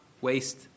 waste